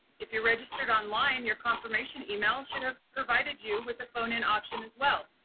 if you're registered online, your confirmation email should have provided you with a phone-in option as well.